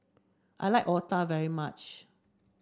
I like Otah very much